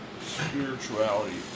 spirituality